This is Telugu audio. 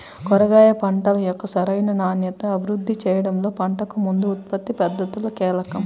కూరగాయ పంటల యొక్క సరైన నాణ్యతను అభివృద్ధి చేయడంలో పంటకు ముందు ఉత్పత్తి పద్ధతులు కీలకం